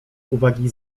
uwagi